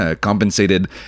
compensated